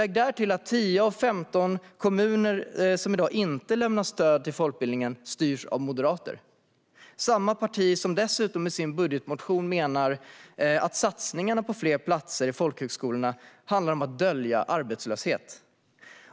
Lägg därtill att 10 av 15 kommuner som i dag inte lämnar stöd till folkbildningen styrs av moderater! Det är samma parti som dessutom i sin budgetmotion menar att satsningarna på fler platser i folkhögskolorna handlar om att dölja arbetslöshet.